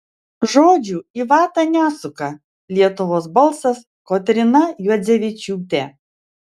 žodžių į vatą nesuka lietuvos balsas kotryna juodzevičiūtė